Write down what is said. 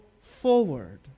forward